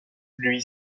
lui